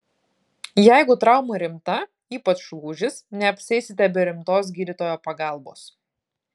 jeigu trauma rimta ypač lūžis neapsieisite be rimtos gydytojo pagalbos